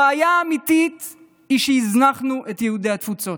הבעיה האמיתית היא שהזנחנו את יהודי התפוצות.